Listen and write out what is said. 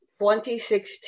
2016